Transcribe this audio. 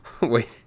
wait